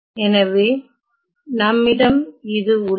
எனவே நம்மிடம் இது உள்ளது